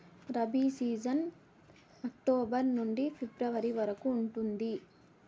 rabi season October నుండి February వరకు ఉంటుంది